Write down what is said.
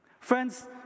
Friends